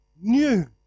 new